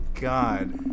God